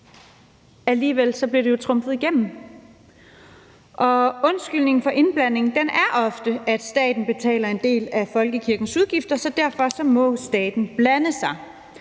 alligevel blev det jo trumfet igennem. Undskyldningen for at blande sig er ofte, at staten betaler en del af folkekirkens udgifter, så derfor må staten blande sig.